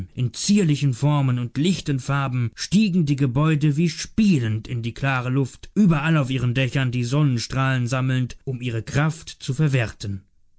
in zierlichen formen und lichten farben stiegen die gebäude wie spielend in die klare luft überall auf ihren dächern die sonnenstrahlen sammelnd um ihre kraft zu verwerten